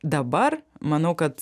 dabar manau kad